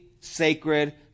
sacred